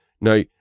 Now